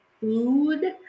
food